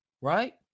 right